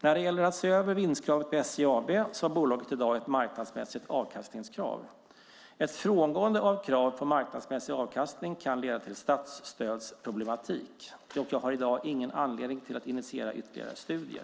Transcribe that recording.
När det gäller att se över vinstkravet på SJ AB har bolaget i dag ett marknadsmässigt avkastningskrav. Ett frångående av krav på marknadsmässig avkastning kan leda till statsstödsproblematik. Jag har i dag ingen anledning till att initiera ytterligare studier.